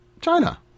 China